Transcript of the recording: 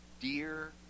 dear